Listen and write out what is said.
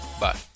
Bye